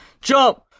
jump